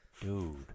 Dude